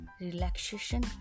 relaxation